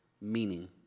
Meaning